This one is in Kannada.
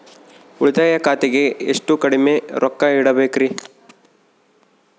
ಉಳಿತಾಯ ಖಾತೆಗೆ ಎಷ್ಟು ಕಡಿಮೆ ರೊಕ್ಕ ಇಡಬೇಕರಿ?